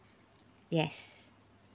yes